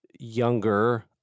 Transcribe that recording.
younger